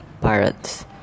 pirates